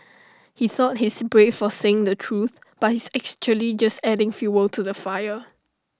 he thought he's brave for saying the truth but he's actually just adding fuel to the fire